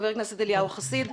ח"כ אליהו חסיד בבקשה.